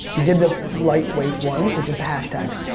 you did the lightweight one which is the hashtags.